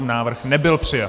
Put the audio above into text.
Návrh nebyl přijat.